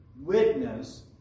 witness